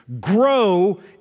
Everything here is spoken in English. grow